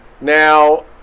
now